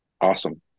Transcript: Awesome